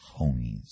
homies